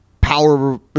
power